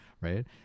right